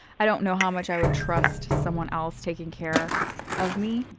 i don't know how much i would trust someone else taking care of me.